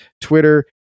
Twitter